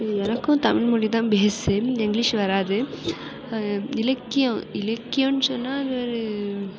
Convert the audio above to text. எனக்கும் தமிழ்மொழிதான் பேஸ்ஸு இங்கிலீஷ் வராது இலக்கியம் இலக்கியம்ன்னு சொன்னா அது ஒரு